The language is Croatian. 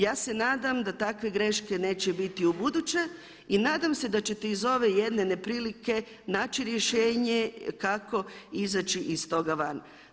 Ja se nadam da takve greške neće biti ubuduće i nadam se da ćete iz ove jedne neprilike naći rješenje kako izaći iz toga van.